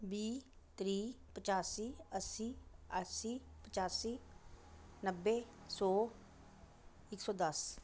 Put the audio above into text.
बीह् त्रीह् पचासी अस्सी अस्सी पचासी नब्बे सौ इक सौ दस